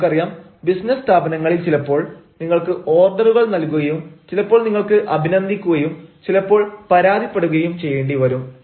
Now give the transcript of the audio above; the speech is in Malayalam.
നമുക്കറിയാം ബിസിനസ് സ്ഥാപനങ്ങളിൽ ചിലപ്പോൾ നിങ്ങൾക്ക് ഓർഡറുകൾ നൽകുകയും ചിലപ്പോൾ നിങ്ങൾക്ക് അഭിനന്ദിക്കുകയും ചിലപ്പോൾ പരാതിപ്പെടുകയും ചെയ്യേണ്ടിവരും